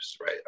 right